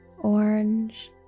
orange